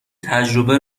تجربه